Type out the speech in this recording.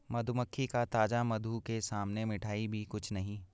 मधुमक्खी का ताजा मधु के सामने मिठाई भी कुछ नहीं